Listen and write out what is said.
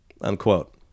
unquote